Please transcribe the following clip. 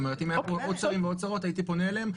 אם היו פה עוד שרים ועוד שרות, הייתי פונה אליהם.